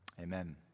amen